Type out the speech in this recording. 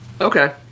okay